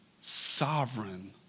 sovereign